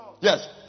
Yes